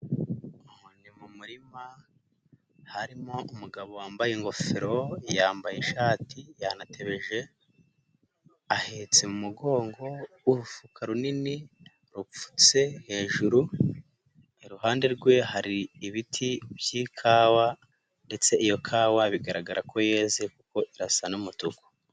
Inkoni mu murima harimo umugabo wambaye ingofero yambaye ishati yanatebeje ahetse mu mugongo urufuka runini rupfutse hejuru, iruhande rwe hari ibiti by'ikawa ndetse iyo kawa bigaragara ko yeze kuko irasa n'umutuku.